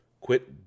quit